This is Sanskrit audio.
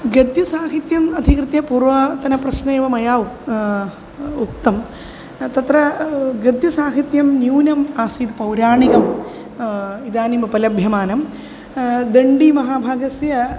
गद्यसाहित्यम् अधिकृत्य पूर्वातनप्रश्नः एव मया उक्तं तत्र गद्यसाहित्यं न्यूनम् आसीत् पौराणिकम् इदानीम् उपलभ्यमानं दण्डीमहाभागस्य